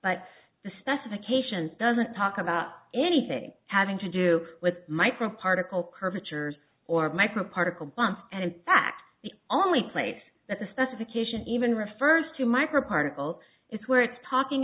but the specifications doesn't talk about anything having to do with micro particle curvatures or micro particle bonds and in fact the only place that the specifications even refers to micro particle is where it's talking